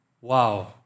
Wow